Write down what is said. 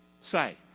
Say